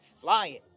flying